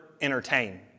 entertain